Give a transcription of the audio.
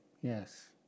Yes